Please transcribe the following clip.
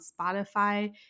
Spotify